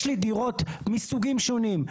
יש לי דירות מסוגים שונים.